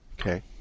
Okay